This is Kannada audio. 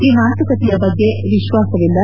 ಈ ಮಾತುಕತೆಯ ಬಗ್ಗೆ ವಿಶ್ವಾಸವಿಲ್ಲ